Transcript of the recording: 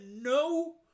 no